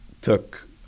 took